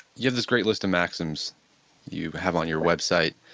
you have this great list of maxims you have on your website.